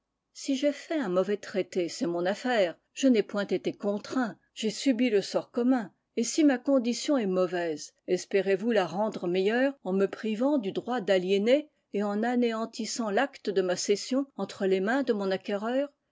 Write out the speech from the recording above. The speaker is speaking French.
si j'ai fait un mauvais traité c'est mon affaire je n'ai point été contraint j'ai subi le sort commun et si ma condition est mauvaise espérez-vous la rendre meilleure en me privant du droit d'aliéner et en anéantissant l'acte de ma cession entre les mains de mon acquéreur